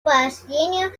поощрению